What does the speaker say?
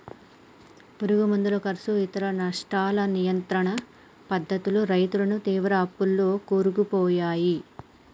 పురుగు మందుల కర్సు ఇతర నష్టాలను నియంత్రణ పద్ధతులు రైతులను తీవ్ర అప్పుల్లో కూరుకుపోయాయి